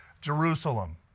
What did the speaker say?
Jerusalem